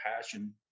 passion